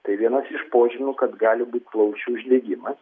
tai vienas iš požymių kad gali būt plaučių uždegimas